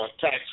tax